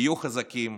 תהיו חזקים,